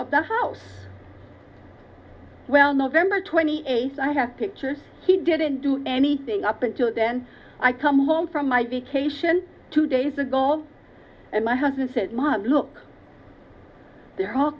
of the house well november twenty eighth i have pictures he didn't do anything up until then i come home from my vacation two days ago and my husband says mom look they're all